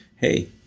Hey